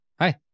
Hi